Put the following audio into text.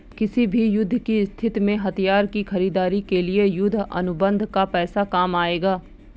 किसी भी युद्ध की स्थिति में हथियार की खरीदारी के लिए युद्ध अनुबंध का पैसा काम आएगा